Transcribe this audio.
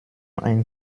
ein